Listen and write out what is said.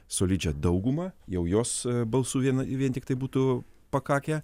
solidžią daugumą jau jos balsų vien vien tiktai būtų pakakę